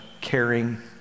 caring